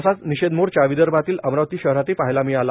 असाच निषेध मोर्चा विदर्भातील अमरावती शहरातही पाहायला मिळाला